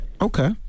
Okay